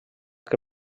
que